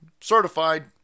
certified